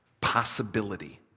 possibility